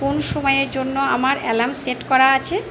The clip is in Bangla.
কোন সময়ের জন্য আমার আলার্ম সেট করা আছে